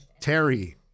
Terry